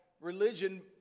Religion